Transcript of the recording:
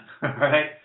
right